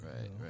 Right